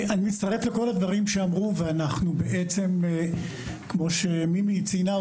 אני מצטרף לכל הדברים שנאמרו ואנחנו בעצם כמו שמימי ציינה,